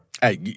Hey